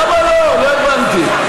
למה לא, לא הבנתי.